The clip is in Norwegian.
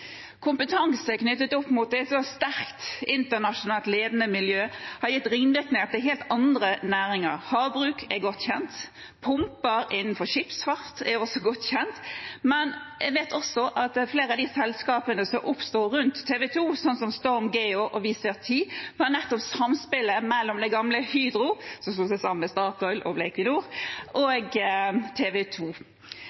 Kompetanse knyttet til et så sterkt internasjonalt ledende miljø har gitt ringvirkninger til helt andre næringer, som havbruk, som er godt kjent, og pumper innenfor skipsfart, som også er godt kjent. Men jeg vet også at flere av de selskapene som oppsto rundt TV 2, som StormGeo og Vizrt, oppsto i samspillet mellom det gamle Hydro – som slo seg sammen med Statoil og